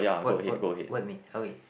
what what what you mean okay